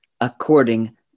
according